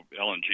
LNG